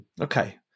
Okay